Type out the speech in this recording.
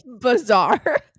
bizarre